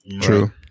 True